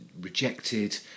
rejected